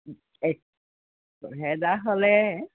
এই ছহেজাৰ হ'লে